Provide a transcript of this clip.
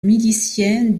miliciens